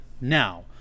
now